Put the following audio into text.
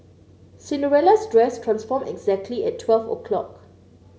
Cinderella's dress transformed exactly at twelve o'clock